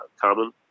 common